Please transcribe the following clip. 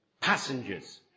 Passengers